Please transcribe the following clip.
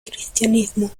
cristianismo